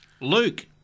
Luke